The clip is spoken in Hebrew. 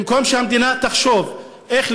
במקום שהמדינה תחשוב איך,